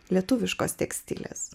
lietuviškos tekstilės